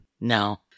No